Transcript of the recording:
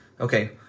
Okay